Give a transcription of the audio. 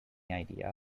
idea